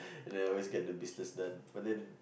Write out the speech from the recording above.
and then I always get the business done but then